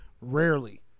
Rarely